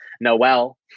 Noel